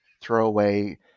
throwaway